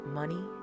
money